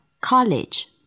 College